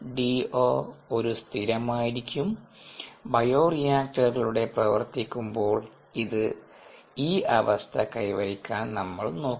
DO ഒരു സ്ഥിരമായിരിക്കും ബയോറിയാക്ടറുകൾ പ്രവർത്തിപ്പിക്കുമ്പോൾ ഈ അവസ്ഥ കൈവരിക്കാൻ നമ്മൾ നോക്കുന്നു